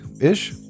ish